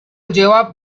lleva